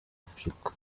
afrika